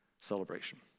celebration